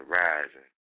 rising